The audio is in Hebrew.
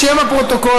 לשם הפרוטוקול,